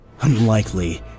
Unlikely